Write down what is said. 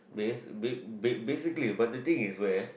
base~ basically but the thing is where